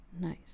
Nice